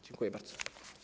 Dziękuję bardzo.